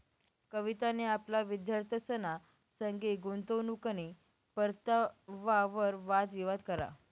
कवितानी आपला विद्यार्थ्यंसना संगे गुंतवणूकनी परतावावर वाद विवाद करा